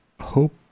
hope